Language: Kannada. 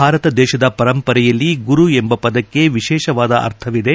ಭಾರತ ದೇಶದ ಪರಂಪರೆಯಲ್ಲಿ ಗುರು ಎಂಬ ಪದಕ್ಕೆ ವಿಶೇಷವಾದ ಅರ್ಥವಿದೆ